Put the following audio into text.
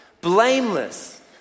blameless